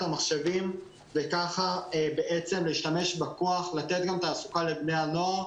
המחשבים וככה להשתמש בכוחם וגם לתת תעסוקה לבני הנוער,